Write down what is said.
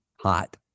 hot